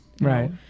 Right